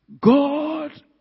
God